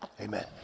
amen